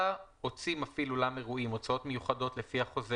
(4) הוציא מפעיל אולם האירועים הוצאות מיוחדות לפי החוזה